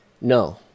no